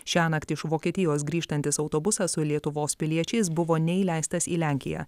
šiąnakt iš vokietijos grįžtantis autobusas su lietuvos piliečiais buvo neįleistas į lenkiją